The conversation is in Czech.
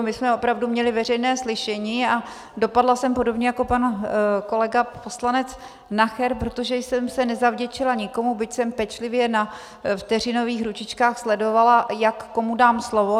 My jsme opravdu měli veřejné slyšení a dopadla jsem podobně jako pan kolega poslanec Nacher, protože jsem se nezavděčila nikomu, byť jsem pečlivě na vteřinových ručičkách sledovala, jak komu dám slovo.